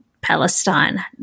Palestine